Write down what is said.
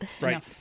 Right